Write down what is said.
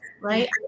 Right